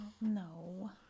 no